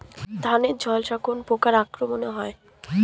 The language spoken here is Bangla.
ধানের ঝলসা রোগ পোকার আক্রমণে হয়?